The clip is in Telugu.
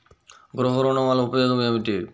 గృహ ఋణం వల్ల ఉపయోగం ఏమి?